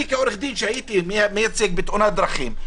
כשהייתי עורך דין מייצג בתאונת דרכים,